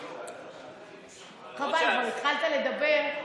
חבל, כבר התחלת לדבר.